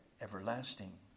everlasting